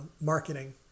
marketing